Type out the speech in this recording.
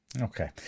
Okay